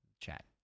Chat